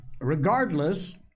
regardless